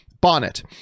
Bonnet